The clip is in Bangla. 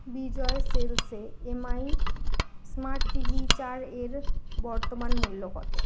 Bijoy Sales A M I smart T V চার এর বর্তমান মূল্য কত